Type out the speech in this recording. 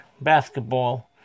basketball